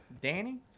Danny